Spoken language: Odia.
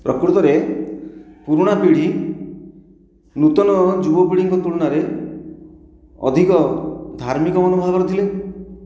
ପ୍ରକୃତରେ ପୁରୁଣା ପୀଢ଼ି ନୂତନ ଯୁବ ପୀଢ଼ିଙ୍କ ତୁଳନାରେ ଅଧିକ ଧାର୍ମିକ ମନୋଭାବରେ ଥିଲେ